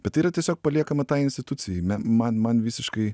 bet tai yra tiesiog paliekama tai institucijai me man man visiškai